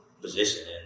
position